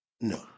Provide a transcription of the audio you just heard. No